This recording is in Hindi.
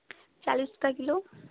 चालीस रुपये किलो